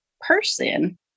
person